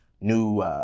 new